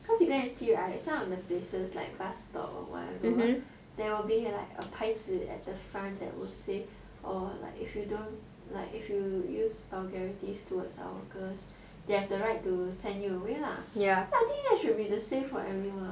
cause you go and see right some of the places like bus stop or whatever there will be like a 牌子 that say or like if you don't like if you use vulgarities towards our workers they have the right to send you away lah so I think that should be the same for everyone